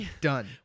done